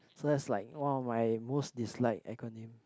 so that's like !wow! my most dislike acronym